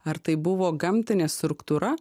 ar tai buvo gamtinė struktūra